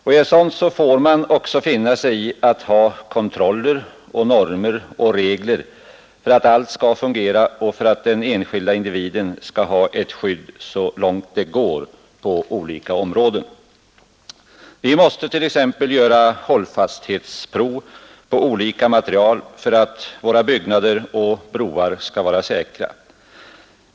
I ett sådant får man också finna sig i att ha kontroll, normer och regler för att allt skall fungera och för att den enskilda individen skall ha ett skydd så långt det går på olika områden. Vi måste t.ex. göra hållfasthetsprov på olika material för att våra byggnader och broar skall vara säkra.